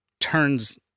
turns